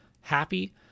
happy